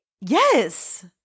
Yes